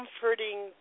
comforting